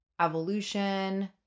evolution